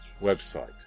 website